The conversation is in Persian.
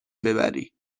ببری